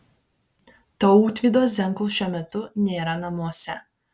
tautvydo zenkaus šiuo metu nėra namuose